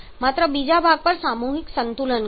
માત્ર બીજા ભાગ પર સામૂહિક સંતુલન કરો